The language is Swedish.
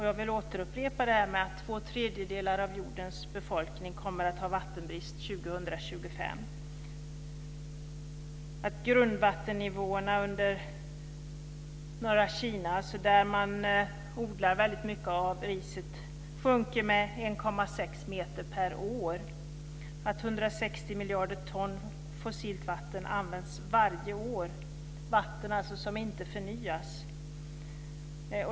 Jag vill upprepa vad jag sagt tidigare, att två tredjedelar av jordens befolkning kommer att ha vattenbrist år 2025, att grundvattennivåerna i norra Kina, där man odlar väldigt mycket av riset, sjunker 1,6 meter per år, att 160 miljarder ton fossilt vatten används varje år, vatten som inte förnyas.